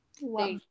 Wow